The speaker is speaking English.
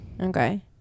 okay